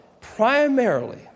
primarily